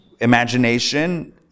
imagination